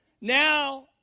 now